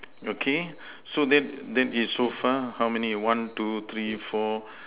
okay so then that is so far how many one two three four